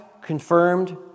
confirmed